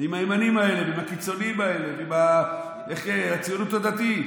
עם הימנים האלה ועם הקיצוניים האלה והציונות הדתית,